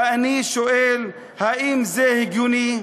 ואני שואל: האם זה הגיוני,